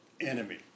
Enemy